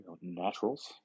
naturals